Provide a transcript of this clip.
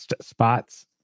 spots